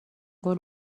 قول